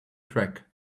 track